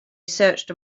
searched